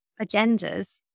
agendas